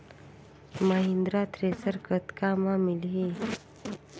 Mahindra thresher कतका म मिलही?